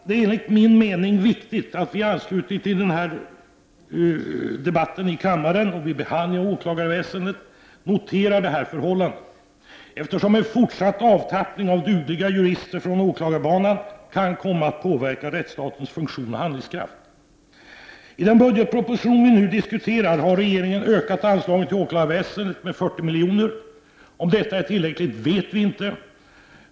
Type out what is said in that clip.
Det är enligt mening viktigt att vi i debatten i samband med behandlingen här i kammaren av anslagen till åklagarväsendet noterar detta förhållande, eftersom en fortsatt avtappning av dugliga jurister från åklagarbanan kan komma att påverka rättstatens funktion och handlingskraft. I den budgetproposition som vi nu diskuterar har regeringen ökat anslagen till åklagarväsendet med 40 miljoner. Om detta är tillräckligt vet vi inte.